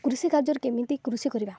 କୃଷି କାର୍ଯ୍ୟର କେମିତି କୃଷି କରିବା